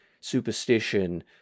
superstition